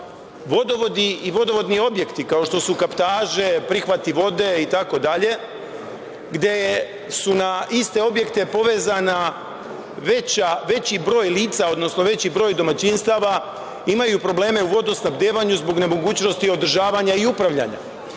vodovod i vodovodni objekti, kao što su kaptaže, prihvati vode itd. gde je na iste objekte povezan veći broj domaćinstava, imaju probleme u vodosnabdevanju zbog nemogućnosti održavanja i upravljanja.